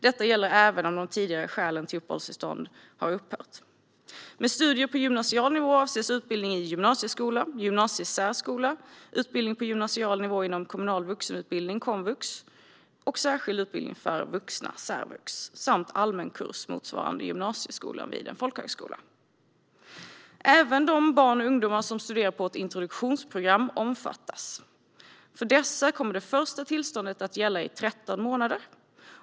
Detta gäller även om de tidigare skälen till uppehållstillstånd har upphört. Med studier på gymnasial nivå avses utbildning i gymnasieskola, gymnasiesärskola, utbildning på gymnasial nivå inom kommunal vuxenutbildning, komvux, och särskild utbildning för vuxna, särvux, samt allmän kurs motsvarande gymnasieskolan vid folkhögskola. Även de barn och unga som studerar på ett introduktionsprogram omfattas. För dessa kommer det första tillståndet att gälla i 13 månader.